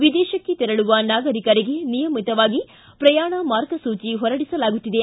ವಿದೇಶದಲ್ಲಿ ತೆರಳುವ ನಾಗರಿಕರಿಗೆ ನಿಯಮಿತವಾಗಿಪ್ರಯಾಣ ಮಾರ್ಗಸೂಚಿ ಹೊರಡಿಸಲಾಗುತ್ತಿದೆ